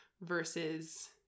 versus